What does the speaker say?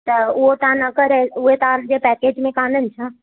त उहो तव्हां न करे उहे तव्हां जे पैकेज में कान आहिनि छा